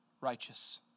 righteous